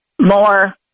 more